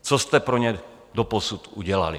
Co jste pro ně doposud udělali?